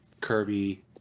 Kirby